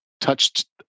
touched